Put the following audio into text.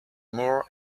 more